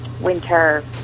winter